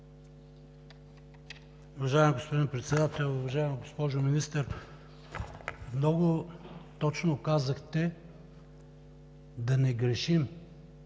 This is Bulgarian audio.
Уважаеми господин Председател! Уважаема госпожо Министър, много точно казахте: да не грешим,